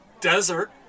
desert